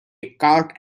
cut